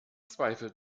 zweifel